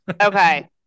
Okay